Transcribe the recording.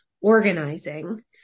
organizing